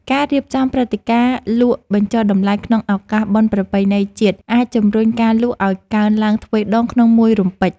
ការរៀបចំព្រឹត្តិការណ៍លក់បញ្ចុះតម្លៃក្នុងឱកាសបុណ្យប្រពៃណីជាតិអាចជម្រុញការលក់ឱ្យកើនឡើងទ្វេដងក្នុងមួយរំពេច។